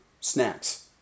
snacks